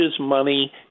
money